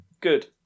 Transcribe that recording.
good